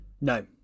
No